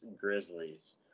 Grizzlies